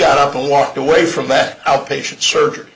got up and walked away from that outpatient surgery